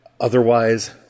otherwise